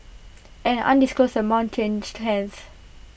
an undisclosed amount changed hands